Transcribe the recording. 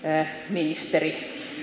ministeri